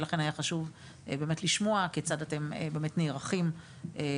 ולכן היה חשוב לשמוע באמת כיצד אתם נערכים לטיפול.